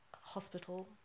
hospital